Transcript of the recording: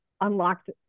unlocked